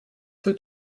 wird